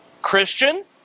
christian